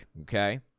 okay